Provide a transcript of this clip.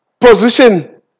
position